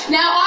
Now